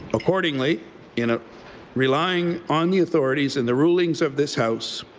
accordingly in a relying on the authorities and the rulings of this house,